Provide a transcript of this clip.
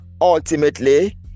ultimately